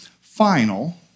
final